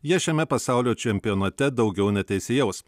jie šiame pasaulio čempionate daugiau neteisėjaus